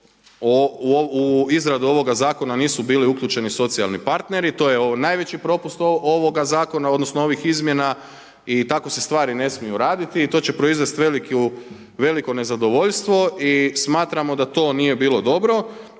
u izradu ovoga Zakona nisu bili uključeni socijalni partneri. To je najveći propust ovoga zakona odnosno ovih izmjena i tako se stvari ne smiju raditi i to će proizvesti veliko nezadovoljstvo i smatramo da to nije bilo dobro.